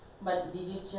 she did well